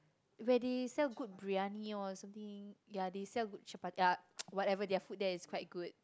where they sell good Briyani lor something they sell chapa~ whatever their food there is quite good